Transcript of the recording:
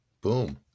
boom